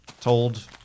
told